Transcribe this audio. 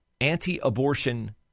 anti-abortion